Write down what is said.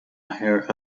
hire